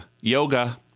yoga